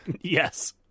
Yes